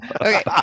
Okay